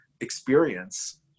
experience